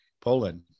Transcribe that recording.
Poland